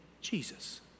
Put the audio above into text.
Jesus